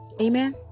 Amen